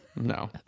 No